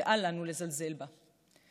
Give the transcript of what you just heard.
ואל לנו לזלזל בה.